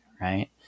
right